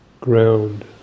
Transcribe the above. ground